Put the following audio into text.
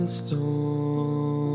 storm